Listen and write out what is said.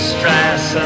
Stress